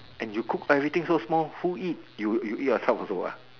and you cook everything so small who eat you you eat yourself also what